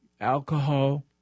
alcohol